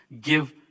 Give